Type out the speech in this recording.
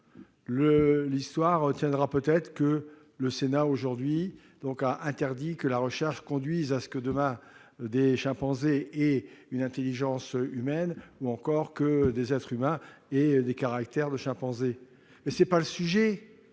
L'histoire retiendra peut-être que le Sénat, aujourd'hui, aura interdit que la recherche conduise à ce que des chimpanzés aient, demain, une intelligence humaine, ou encore à ce que des êtres humains aient des caractéristiques de chimpanzés. Mais ce n'est pas le sujet